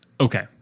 Okay